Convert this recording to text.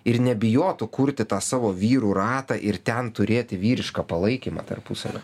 ir nebijotų kurti tą savo vyrų ratą ir ten turėti vyrišką palaikymą tarpusavio